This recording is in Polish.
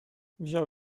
wziął